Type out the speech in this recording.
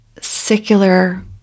secular